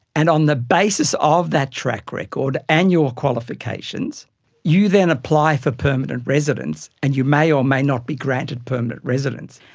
and on the basis of that track record and your qualifications you then apply for permanent residence and you may or may not be granted permanent residence.